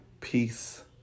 Peace